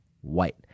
white